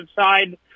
side